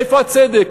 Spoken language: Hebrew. איפה הצדק?